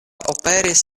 aperis